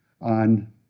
on